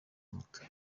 moto